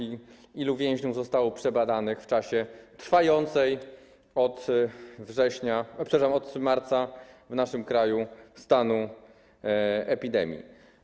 Ilu więźniów zostało przebadanych w czasie trwającej od września, przepraszam, od marca w naszym kraju stanu epidemii?